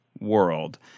world